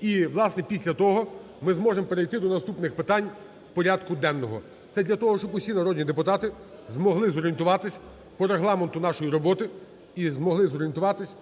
І, власне, після того ми зможем перейти до наступних питань порядку денного. Це для того, щоб усі народні депутати змогли зорієнтуватися по регламенту нашої роботи і змогли зорієнтуватися